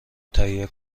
تهیه